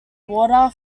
water